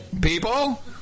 People